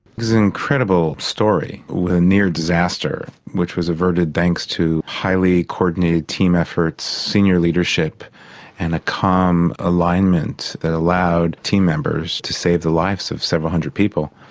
is an incredible story. when a near disaster which was averted thanks to highly coordinated team efforts, senior leadership and a calm alignment that allowed team members to save the lives of several hundred people,